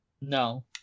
No